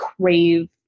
crave